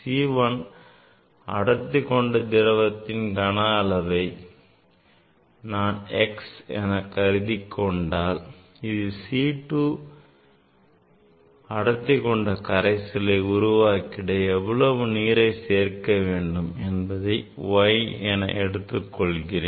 C 1 அடர்த்தி கொண்ட திரவத்தின் கன அளவை நான் x என கருதிக் கொண்டால் இதில் C2 அடர்த்தி கொண்ட கரைசலை உருவாக்கிட எவ்வளவு நீரை சேர்க்க வேண்டும் என்பதை y என எடுத்துக் கொள்கிறேன்